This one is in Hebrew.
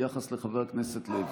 ביחס לחבר הכנסת לוי.